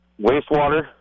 wastewater